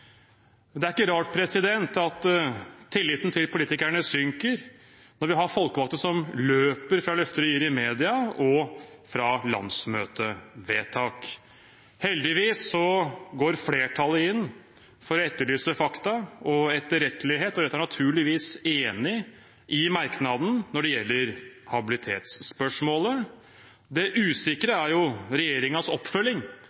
Det er ikke rart at tilliten til politikerne synker når vi har folkevalgte som løper fra løfter de gir i media og landsmøtevedtak. Heldigvis går flertallet inn for å etterlyse fakta og etterrettelighet, og Rødt er naturligvis enig i merknaden når det gjelder habilitetsspørsmålet. Det